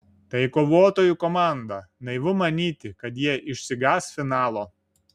tai kovotojų komanda naivu manyti kad jie išsigąs finalo